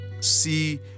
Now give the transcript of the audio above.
see